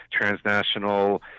Transnational